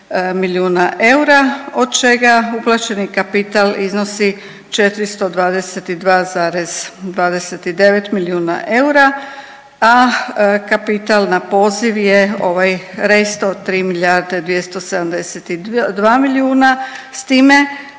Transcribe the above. od čega uplaćeni kapital iznosi 422,29 milijuna eura, a kapital na poziv je ovaj rest od 3 milijarde 272 milijuna, s time